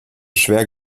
schwer